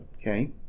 Okay